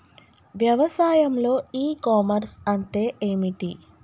వ్యవసాయంలో e commerce అంటే ఏమిటి?